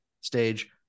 stage